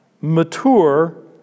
mature